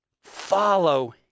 follow